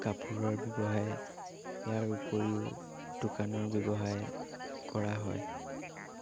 কাপোৰৰ ব্যৱসায় ইয়াৰ উপৰিও দোকানৰ ব্যৱসায় কৰা হয়